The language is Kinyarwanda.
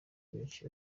benshi